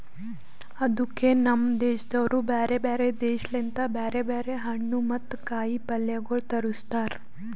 ಅದುಕೆ ನಮ್ ದೇಶದವರು ಬ್ಯಾರೆ ಬ್ಯಾರೆ ದೇಶ ಲಿಂತ್ ಬ್ಯಾರೆ ಬ್ಯಾರೆ ಹಣ್ಣು ಮತ್ತ ಕಾಯಿ ಪಲ್ಯಗೊಳ್ ತರುಸ್ತಾರ್